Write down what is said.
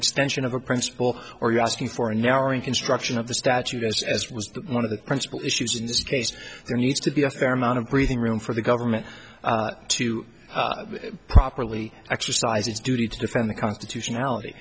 extension of a principle or you asking for an hour in construction of the statute as it was one of the principle issues in this case there needs to be a fair amount of breathing room for the government to properly exercise its duty to defend the constitutionality